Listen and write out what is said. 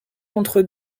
contre